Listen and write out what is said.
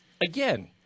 again